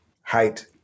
height